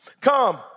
Come